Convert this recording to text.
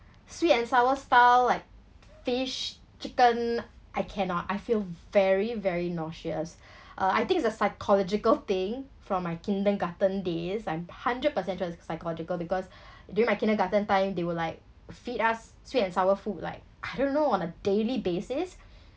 sweet and sour style like fish chicken I cannot I feel very very nauseous uh I think it's a psychological thing from my kindergarten days I'm hundred percent sure it's psychological because during my kindergarten time they will like feed us sweet and sour food like I don't know on a daily basis